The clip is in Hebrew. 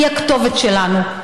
היא הכתובת שלנו,